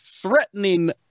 Threatening